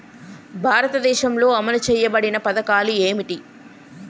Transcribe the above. భారతదేశంలో అమలు చేయబడిన పథకాలు ఏమిటి?